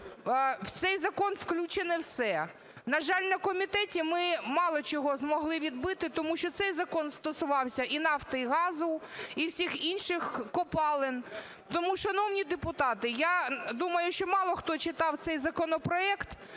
в цей закон включено все. На жаль, на комітеті ми мало чого змогли відбити, тому що цей закон стосувався і нафти, і газу, і всіх інших копалин. Тому, шановні депутати, я думаю, що мало хто читав цей законопроект.